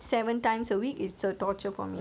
hello people people exercise